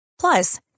Plus